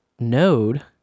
Node